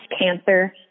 cancer